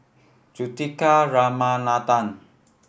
Juthika Ramanathan